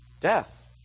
Death